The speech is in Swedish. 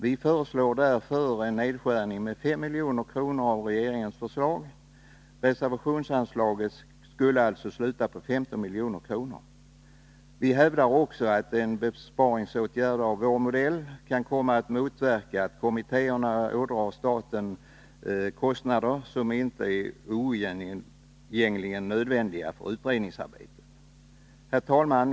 Vi föreslår därför en nedskärning med 5 milj.kr. i förhållande till regeringens förslag. Reservationsanslaget skulle alltså uppgå till 15 milj.kr. Vi hävdar också att en besparingsåtgärd enligt vår modell kan komma att motverka att kommittéerna ådrar staten kostnader som inte är oundgängligen nödvändiga för utredningsarbetet. Herr talman!